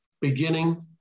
beginning